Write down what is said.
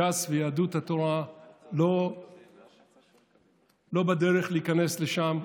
ש"ס ויהדות התורה לא בדרך להיכנס לשם,